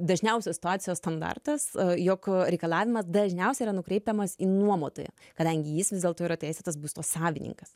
dažniausios situacijos standartas jog reikalavimas dažniausiai yra nukreipiamas į nuomotoją kadangi jis vis dėlto yra teisėtas būsto savininkas